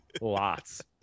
Lots